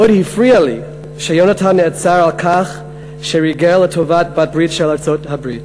מאוד הפריע לי שיונתן נעצר על כך שריגל לטובת בעלת-ברית של ארצות-הברית.